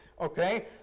Okay